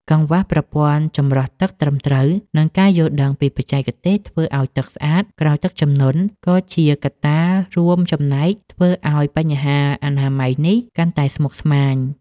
កង្វះប្រព័ន្ធចម្រោះទឹកត្រឹមត្រូវ និងការយល់ដឹងពីបច្ចេកទេសធ្វើឱ្យទឹកស្អាតក្រោយទឹកជំនន់ ក៏ជាកត្តារួមចំណែកធ្វើឱ្យបញ្ហាអនាម័យនេះកាន់តែស្មុគស្មាញ។